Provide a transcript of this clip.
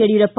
Yediyurappa